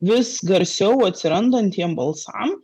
vis garsiau atsirandantiem balsam